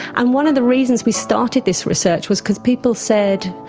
and one of the reasons we started this research was because people said,